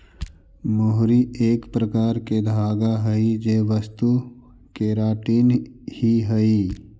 मोहरी एक प्रकार के धागा हई जे वस्तु केराटिन ही हई